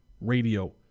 radio